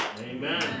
Amen